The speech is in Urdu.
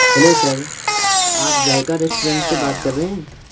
ہلو سر آپ ذائقہ ریسٹورنٹ سے بات کر رہے ہیں